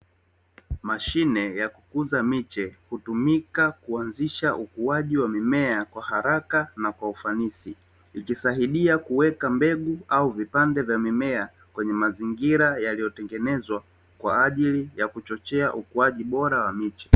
Mashine ya kukuza miche hutumika kuanzisha ukuaji wa mimea kwa haraka na kwa ufanisi, ikisaidia kuweka mbegu au vipande vya mimea kwenye mazingira yaliyotengenezwa kwa ajili ya kuchochea ukuaji bora miche.